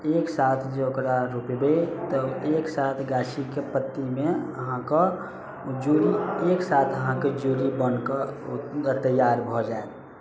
एक साथ जे ओकरा रोपबै तऽ एक साथ गाछीके पत्तीमे अहाँके जोड़ी एक साथ अहाँके जोड़ी बनके ओ तैयार भऽ जायत